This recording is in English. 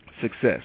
success